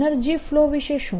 energy flow વિશે શું